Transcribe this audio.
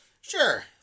sure